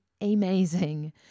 amazing